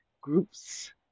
groups